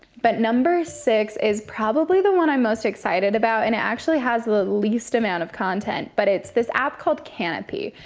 but number six is probably the one i'm most excited about, and it actually has the least amount of content, but it's this app called kanopy.